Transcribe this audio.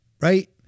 right